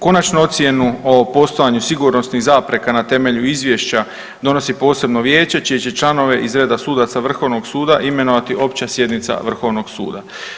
Konačnu ocjenu o postojanju sigurnosnih zapreka na temelju izvješća donosi posebno vijeće čije će članove iz reda sudaca Vrhovnog suda imenovati opća sjednica Vrhovnog suda.